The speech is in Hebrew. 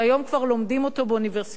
שהיום כבר לומדים אותו באוניברסיטאות,